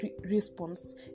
response